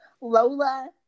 Lola